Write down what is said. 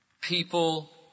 people